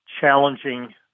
challenging